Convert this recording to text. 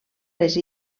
les